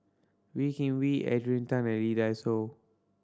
Wee Kim Wee Adrian Tan and Lee Dai Soh